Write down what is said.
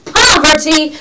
poverty